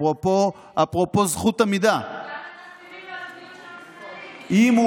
אפרופו זכות עמידה ------- "אם הוא